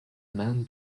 man